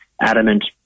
adamant